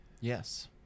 Yes